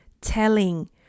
telling